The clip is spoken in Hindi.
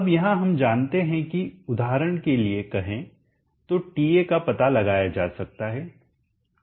अब यहाँ हम जानते हैं कि उदाहरण के लिए कहें तो TA का पता लगाया जा सकता है